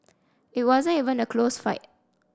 it wasn't even a close fight